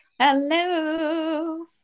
Hello